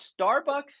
Starbucks